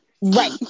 Right